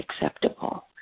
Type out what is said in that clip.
acceptable